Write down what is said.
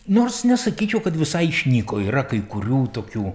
nors nesakyčiau kad visai išnyko yra kai kurių tokių